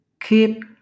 Keep